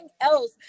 else